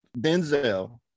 Denzel